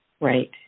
Right